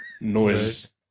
noise